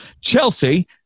Chelsea